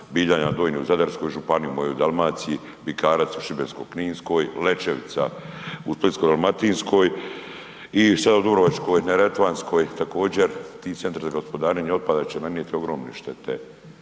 Biljana Donjih u Zadarskoj županiji, mojoj Dalmaciji, Bikarac u Šibensko-kninskoj, Lečevica u Splitsko-dalmatinskoj i sad u Dubrovačko-neretvanskoj također, ti CGO-i će nanijeti ogromne štete